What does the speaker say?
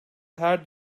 her